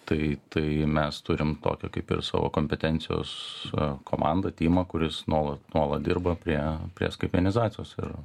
tai tai mes turim tokią kaip ir savo kompetencijos s komanda timą kuris nuolat nuolat dirba prie prie skaitmenizacijos ir